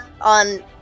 on